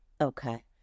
Okay